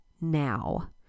now